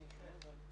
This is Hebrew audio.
כן.